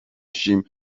شیم